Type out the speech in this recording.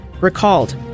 recalled